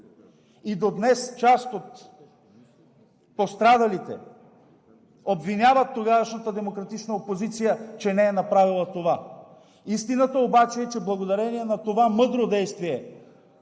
И до днес част от пострадалите обвиняват тогавашната демократична опозиция, че не е направила това. Истината обаче е, че благодарение на това мъдро действие